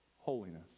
holiness